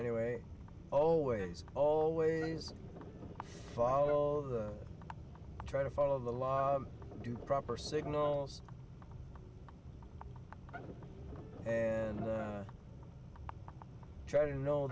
anyway always always follow the try to follow the law to proper signals and try to know